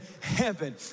heaven